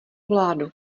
vládu